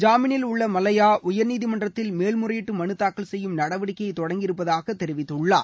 ஜாமீனில் உள்ள மல்லைபா உயர்நீதிமன்றத்தில் மேல் முறையீட்டு மனு தாக்கல் செய்யும் நடவடிக்கையை தொடங்கி இருப்பதாக தெரிவித்துள்ளார்